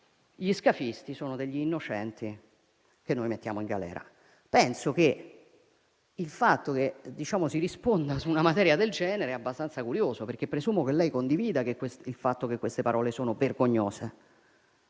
gli scafisti sono degli innocenti che noi mettiamo in galera. Penso che il fatto che si risponda su una materia del genere sia abbastanza curioso, perché presumo che lei condivida il fatto che queste parole sono vergognose.